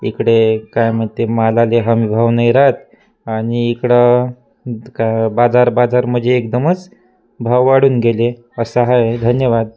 इकडे काय म्हणते मालाला हमीभाव नाही राहत आणि इकडं त का बाजार बाजार म्हणजे एकदमच भाव वाढून गेले असं आहे धन्यवाद